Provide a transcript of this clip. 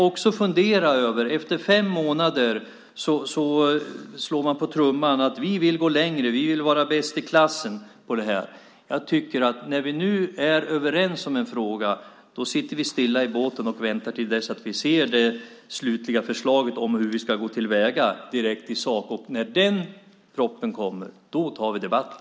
Men efter fem månader slår man på trumman och säger: Vi vill gå längre. Vi vill vara bäst i klassen på det här. Jag tycker att när vi nu är överens i en fråga ska vi sitta stilla i båten och vänta till dess att vi ser det slutliga förslaget om hur vi ska gå till väga i sak. När den propositionen kommer tar vi debatten.